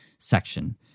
section